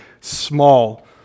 small